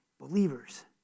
believers